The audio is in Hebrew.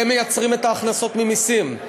הם מייצרים את ההכנסות ממסים.